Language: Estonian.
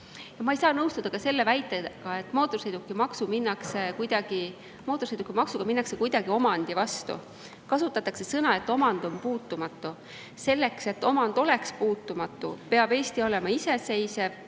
Ma ei saa nõustuda selle väitega, et mootorsõidukimaksuga minnakse kuidagi omandi vastu – kasutatakse ju lauset, et omand on puutumatu. Selleks, et omand oleks puutumatu, peab Eesti olema iseseisev